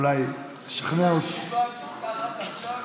אולי תשכנע, אם הישיבה נפתחת עכשיו אני,